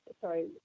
sorry